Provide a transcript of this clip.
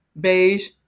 beige